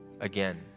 again